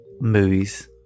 movies